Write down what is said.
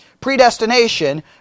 predestination